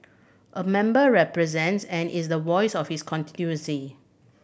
a member represents and is the voice of his constituency